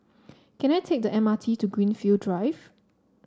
can I take the M R T to Greenfield Drive